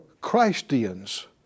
Christians